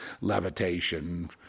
Levitation